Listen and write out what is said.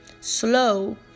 slow